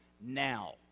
now